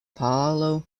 paolo